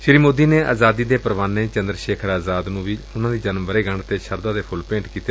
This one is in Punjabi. ਸ੍ਰੀ ਮੋਦੀ ਨੇ ਆਜ਼ਾਦੀ ਦੇ ਪੂਵਾਨੇ ਚੰਦਰ ਸ਼ੇਖਰ ਆਜ਼ਾਦ ਨੰ ਵੀ ਉਨਾਂ ਦੀ ਜਨਮ ਵਰ੍ਰੇਗੰਢ ਤੇ ਸ਼ਰਧਾ ਦੇ ਫੁੱਲ ਭੇਂਟ ਕੀਤੇ